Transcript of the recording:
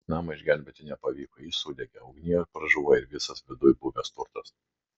namo išgelbėti nepavyko jis sudegė ugnyje pražuvo ir visas viduj buvęs turtas